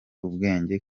ubwenge